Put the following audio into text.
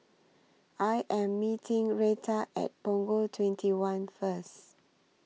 I Am meeting Reta At Punggol twenty one First